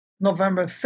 November